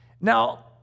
Now